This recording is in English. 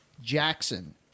Jackson